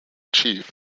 chief